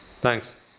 Thanks